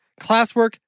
classwork